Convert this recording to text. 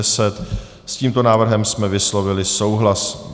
S tímto návrhem jsme vyslovili souhlas.